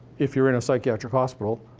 if you're in a psychiatric hospital,